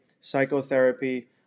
psychotherapy